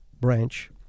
branch